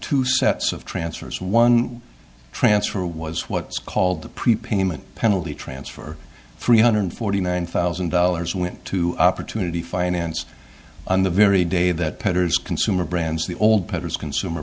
two sets of transfers one transfer was what's called the prepayment penalty transfer three hundred forty nine thousand dollars went to opportunity finance on the very day that pedders consumer brands the old patterns consumer